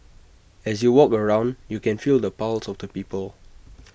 as you walk around you can feel the pulse of the people